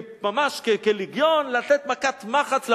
ממש כלגיון, לתת מכת מחץ למורדים.